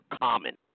common